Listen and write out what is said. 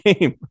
game